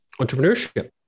entrepreneurship